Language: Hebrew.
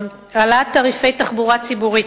העלאת תעריפי תחבורה ציבורית,